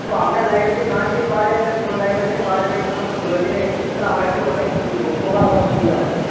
তো আপনার লাইব্রেরিতে না যদি পাওয়া যায় তাহলে কোন লাইব্রেরিতে পাওয়া যাবে একটু আমাকে বলে দিলে তাহলে আমার একটু অনেক উপকার বা সুবিধা হতো